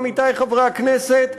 עמיתי חברי הכנסת,